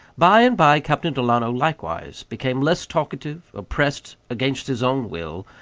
by-and-by captain delano likewise became less talkative, oppressed, against his own will,